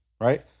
right